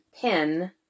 pin